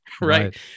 Right